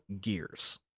Gears